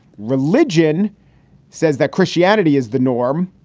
religion says that christianity is the norm.